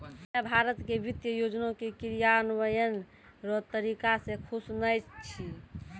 हम्मे भारत के वित्त योजना के क्रियान्वयन रो तरीका से खुश नै छी